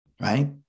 right